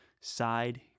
side